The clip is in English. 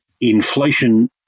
inflation